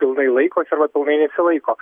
pilnai laikosi arba pilnai nesilaiko